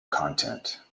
content